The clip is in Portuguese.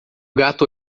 gato